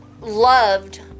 loved